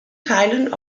teilen